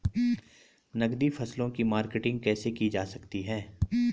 नकदी फसलों की मार्केटिंग कैसे की जा सकती है?